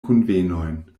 kunvenojn